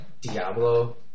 Diablo